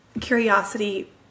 curiosity